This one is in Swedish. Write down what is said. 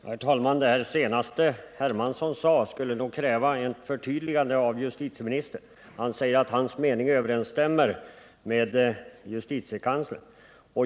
Herr talman! Det här senaste som herr Hermansson sade skulle nog kräva ett förtydligande av justitieministern. Herr Hermansson säger att justitieministerns mening inte överensstämmer med justitiekanslerns.